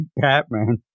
Batman